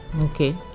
okay